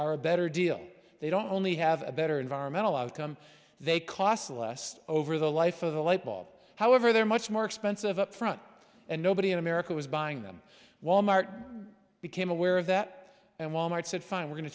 are a better deal they don't only have a better environmental outcome they cost less over the life of the light bulb however they're much more expensive up front and nobody in america was buying them wal mart became aware of that and wal mart said fine we're go